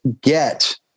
get